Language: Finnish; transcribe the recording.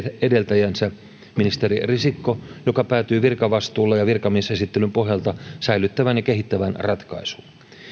edeltäjänsä ministeri risikko joka päätyi virkavastuulla ja virkamiesesittelyn pohjalta säilyttävään ja kehittävään ratkaisuun